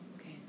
Okay